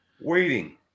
waiting